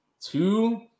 two